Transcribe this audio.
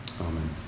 Amen